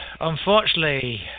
Unfortunately